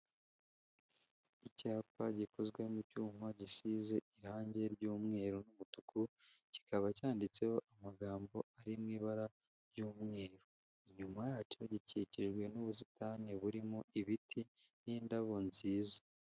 Icyapa gikozwe mu cyuma gisize irangi ry'umweru n'umutuku kikaba cyanditseho amagambo ari mu ibara ry'umweru. Inyuma yacyo gikikijwe n'ubusitani burimo ibiti n'indabo nziza.